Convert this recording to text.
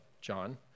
John